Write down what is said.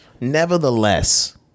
Nevertheless